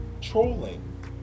trolling